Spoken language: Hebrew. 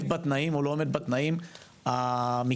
בתנאים או לא עומד בתנאים המקצועיים.